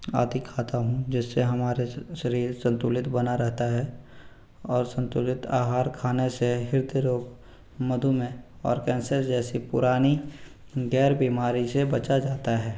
आदि खाता हूँ जिस से हमारे शरीर संतुलित बना रहता है और संतुलित आहार खाने से हृदय रोग मधुमय और कैंसर जैसी पुरानी ग़ैर बीमारी से बचा जाता है